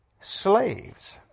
slaves